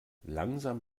langsam